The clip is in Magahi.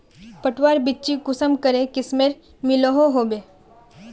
पटवार बिच्ची कुंसम करे किस्मेर मिलोहो होबे?